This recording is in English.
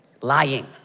lying